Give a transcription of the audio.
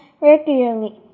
regularly